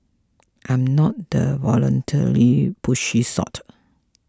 I'm not the violently pushy sort